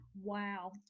Wow